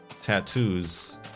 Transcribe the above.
tattoos